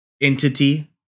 Entity